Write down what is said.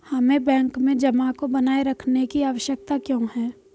हमें बैंक में जमा को बनाए रखने की आवश्यकता क्यों है?